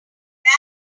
that